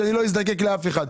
שלא אזדקק לאף אחד.